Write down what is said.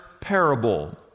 parable